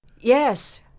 Yes